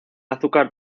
azúcar